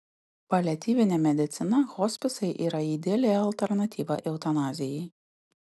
paliatyvinė medicina hospisai yra ideali alternatyva eutanazijai